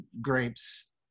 grapes